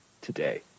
today